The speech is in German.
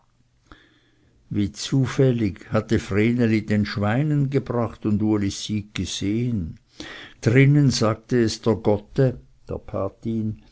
wie zufällig hatte vreneli den schweinen gebracht und ulis sieg gesehen drinnen sagte es der gotte